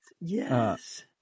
Yes